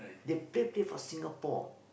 they play play for Singapore